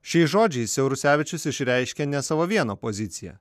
šiais žodžiais siaurusevičius išreiškė ne savo vieno poziciją